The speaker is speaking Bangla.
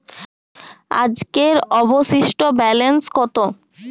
আজকের অবশিষ্ট ব্যালেন্স কত?